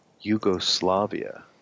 Yugoslavia